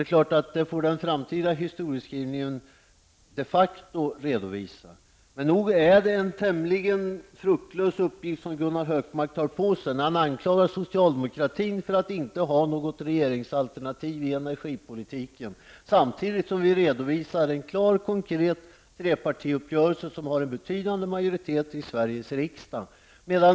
Det får naturligtvis den framtida historieskrivningen de facto redovisa. Men nog är det en tämligen fruktlös uppgift som Gunnar Hökmark tar på sig när han anklagar socialdemokratin för att inte ha något regeringsalternativ i energipolitiken. Vi redovisar en klar trepartiuppgörelse som har en betydande majoritet i Sveriges riksdag.